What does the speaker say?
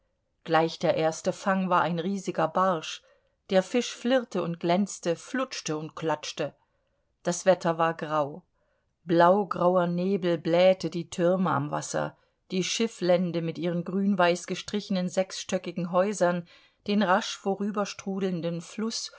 gleich der erste fang war ein riesiger barsch der fisch flirrte und glänzte flutschte und klatschte das wetter war grau blaugrauer nebel blähte die türme am wasser die schifflände mit ihren grünweiß gestrichenen sechsstöckigen häusern den rasch vorüberstrudelnden fluß